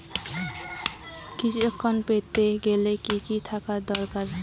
কৃষিঋণ পেতে গেলে কি কি থাকা দরকার?